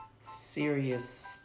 serious